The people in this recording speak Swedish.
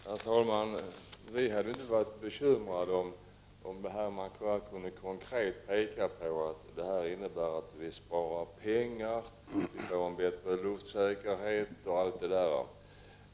Herr talman! Vi hade inte varit bekymrade om någon konkret hade kunnat peka på att detta innebär att pengar sparas, att luftsäkerheten blir bättre, osv.